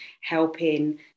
helping